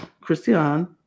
Christian